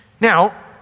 Now